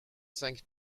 cinq